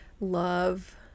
love